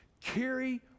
carry